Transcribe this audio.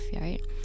right